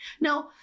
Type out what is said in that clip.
Now